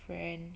friend